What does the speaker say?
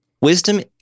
Wisdom